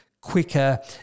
quicker